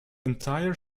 entire